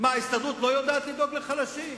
ההסתדרות לא יודעת לדאוג לחלשים?